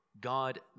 God